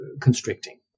constricting